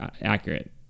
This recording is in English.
accurate